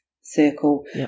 circle